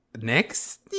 next